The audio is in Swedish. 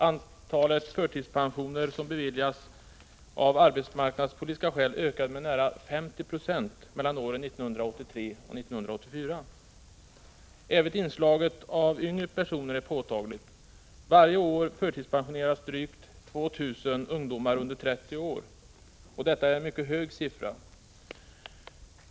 Antalet förtidspensioneringar som beviljas av arbetsmarknadspolitiska skäl ökade med nära 50 96 mellan åren 1983 och 1984. Inslaget av yngre personer är påtagligt. Varje år förtidspensioneras drygt 2 000 ungdomar under 30 år. Detta är en mycket hög siffra.